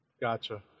gotcha